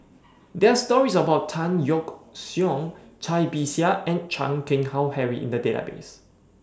There Are stories about Tan Yeok Seong Cai Bixia and Chan Keng Howe Harry in The Database